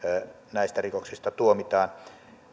näistä rikoksista tuomitaan